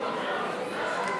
והשיכון,